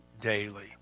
daily